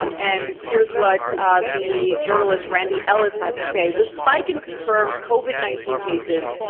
um and here's what the journalist randy ellis, had to say. the spike and confirmed covid nineteen cases,